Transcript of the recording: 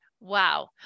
Wow